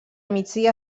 migdia